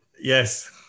yes